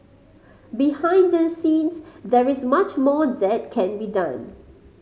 behind the scenes there is much more that can be done